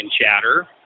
chatter